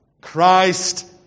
Christ